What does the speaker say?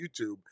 YouTube